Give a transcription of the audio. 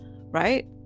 Right